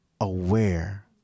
aware